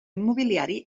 immobiliari